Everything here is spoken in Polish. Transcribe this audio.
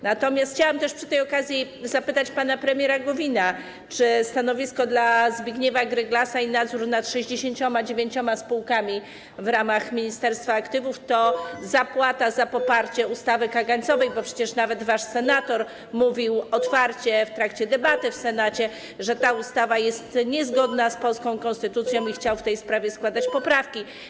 Natomiast chciałam też przy tej okazji zapytać pana premiera Gowina, czy stanowisko dla Zbigniewa Gryglasa i nadzór nad 69 spółkami w ramach ministerstwa aktywów to zapłata za poparcie ustawy kagańcowej, bo przecież nawet wasz senator mówił otwarcie w trakcie debaty w Senacie, że ta ustawa jest niezgodna z polską konstytucją, i chciał w tej sprawie składać poprawki.